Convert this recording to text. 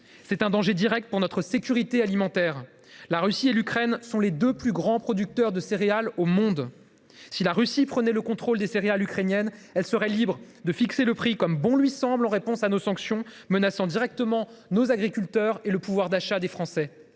c’est un danger direct pour notre sécurité alimentaire. La Russie et l’Ukraine sont en effet les deux plus grands producteurs de céréales au monde. Si la Russie prenait le contrôle des céréales ukrainiennes, elle serait libre de fixer les prix comme bon lui semble, en réponse à nos sanctions, menaçant directement nos agriculteurs et le pouvoir d’achat des Français.